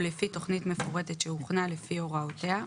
או לפי תכנית מפורטת שהוכנה לפי הוראותיה,